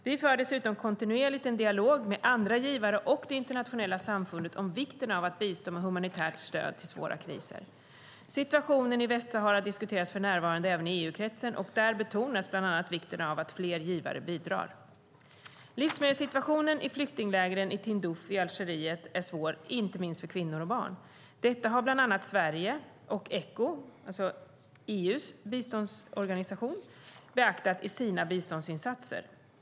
Vi för dessutom kontinuerligt en dialog med andra givare och det internationella samfundet om vikten av att bistå med humanitärt stöd till svåra kriser. Situationen i Västsahara diskuteras för närvarande även i EU-kretsen, och där betonas bland annat vikten av att fler givare bidrar. Livsmedelssituationen i flyktinglägren i Tindouf i Algeriet är svår, inte minst för kvinnor och barn. Detta har bland annat Sverige och Echo, alltså EU:s biståndsorganisation, beaktat i sina biståndsinsatser.